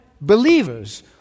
believers